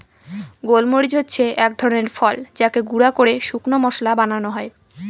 গোল মরিচ হচ্ছে এক ধরনের ফল যাকে গুঁড়া করে শুকনো মশলা বানানো হয়